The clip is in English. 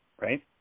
right